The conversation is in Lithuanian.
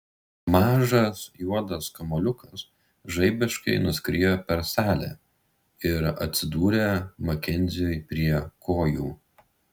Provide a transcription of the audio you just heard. mažas juodas kamuoliukas žaibiškai nuskriejo per salę ir atsidūrė makenziui prie kojų